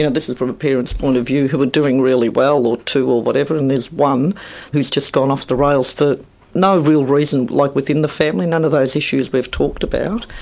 yeah this is from a parent's point of view. who are doing really well', or two or whatever, and there's one who's just gone off the rails for no real reason, like within the family. none of those issues we've talked about.